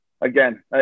again